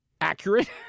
accurate